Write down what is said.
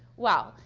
well,